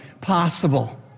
possible